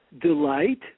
delight